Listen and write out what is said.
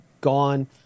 gone